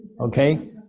Okay